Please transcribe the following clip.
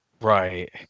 right